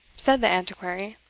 said the antiquary.